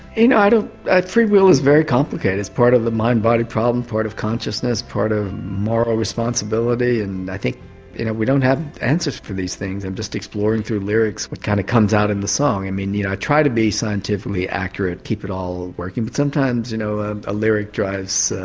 you know ah free will is very complicated, it's part of the mind body problem, part of consciousness, part of moral responsibility and i think you know we don't have answers for these things, i'm just exploring through lyrics what kind of comes out in the song. i mean you know i try to be scientifically accurate, keep it all working, but sometimes you know a lyric drives